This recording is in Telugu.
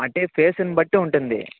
అంటే ఫేస్ను బట్టి ఉంటుంది